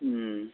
ও